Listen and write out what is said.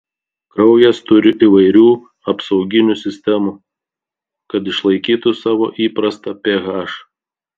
kraujas turi įvairių apsauginių sistemų kad išlaikytų savo įprastą ph